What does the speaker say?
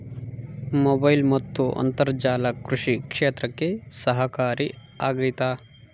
Mobile ಮತ್ತು ಅಂತರ್ಜಾಲ ಕೃಷಿ ಕ್ಷೇತ್ರಕ್ಕೆ ಸಹಕಾರಿ ಆಗ್ತೈತಾ?